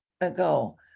ago